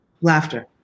laughter